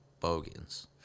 bogans